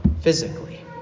physically